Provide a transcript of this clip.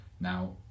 Now